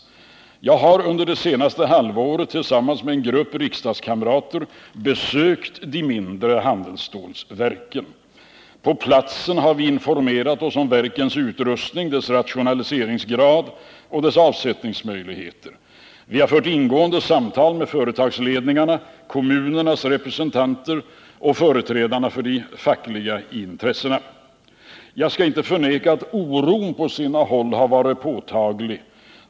Jag har under det senaste halvåret tillsammans med en grupp riksdagskamrater besökt de mindre handelsstålverken. På plats har vi informerat oss om verkens utrustning, deras rationaliseringsgrad och avsättningsmöjligheter. Vi har fört ingående samtal med företagsledningarna, kommunernas representanter och företrädare för de fackliga intressena. Jag skall inte förneka att oron på sina håll varit påtaglig.